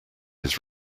his